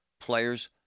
players